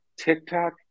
TikTok